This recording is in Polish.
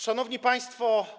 Szanowni Państwo!